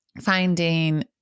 finding